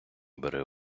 бере